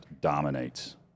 dominates